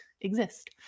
exist